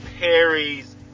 Perry's